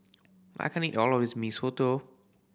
I can't eat all of this Mee Soto